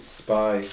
spy